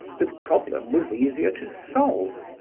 the problem was easier to solve.